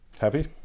Happy